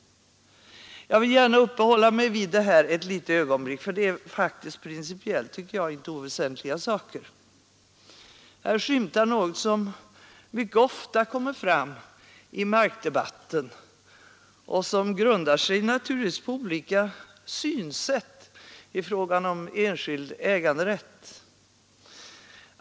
Jag vill gärna uppehålla mig vid det här ett litet ögonblick, för det är, tycker jag, principiellt inte oväsentliga saker. Här skymtar något som mycket ofta kommer fram i markdebatten och som naturligtvis grundar sig på olika synsätt i fråga om enskild äganderätt.